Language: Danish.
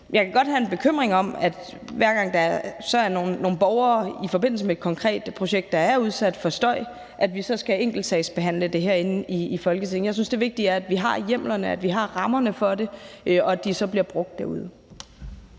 jeg kan godt have en bekymring om, at vi, hver gang der er nogle borgere, der i forbindelse med et konkret projekt er udsat for støj, så skal enkeltsagsbehandle det herinde i Folketinget. Jeg synes, det vigtige er, at vi har hjemlerne, at vi har rammerne for det, og at de så bliver brugt derude.